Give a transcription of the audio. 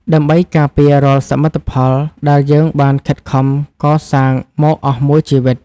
ដើម្បីការពាររាល់សមិទ្ធផលដែលយើងបានខិតខំកសាងមកអស់មួយជីវិត។